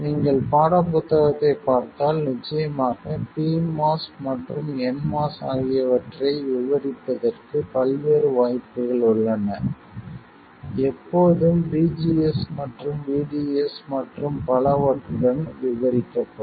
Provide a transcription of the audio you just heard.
நீங்கள் பாடப் புத்தகத்தைப் பார்த்தால் நிச்சயமாக pMOS மற்றும் nMOS ஆகியவற்றை விவரிப்பதற்கு பல்வேறு வாய்ப்புகள் உள்ளன எப்போதும் VGS மற்றும் VDS மற்றும் பலவற்றுடன் விவரிக்கப்படும்